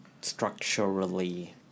structurally